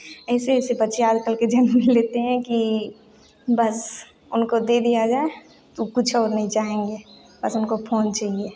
ऐसे ऐसे बच्चे आज कल के जन्म लेते हैं कि बस उनको दे दिया जाए तो कुछ और नहीं चाहेंगे बस उनको फोन चाहिए